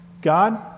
God